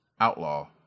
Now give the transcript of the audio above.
Outlaw